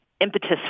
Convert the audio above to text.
impetus